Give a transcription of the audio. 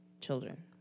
children